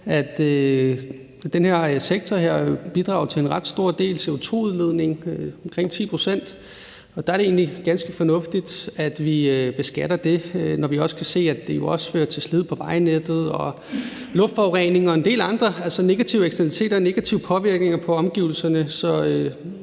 Den her sektor bidrager til en ret stor del af CO2-udledningen, omkring 10 pct., og der er det egentlig ganske fornuftigt, at vi beskatter det, når vi også kan se, at det jo fører til slid på vejnettet, luftforurening og en del andre negative eksternaliteter og negative påvirkninger på omgivelserne.